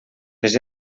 les